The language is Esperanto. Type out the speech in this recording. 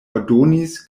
ordonis